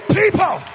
people